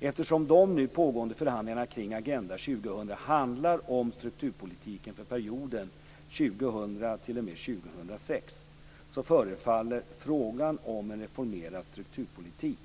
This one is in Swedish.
Eftersom de nu pågående förhandlingarna kring Agenda 2000 handlar om strukturpolitiken för perioden 2000 t.o.m. 2006 förefaller frågan om en reformerad strukturpolitik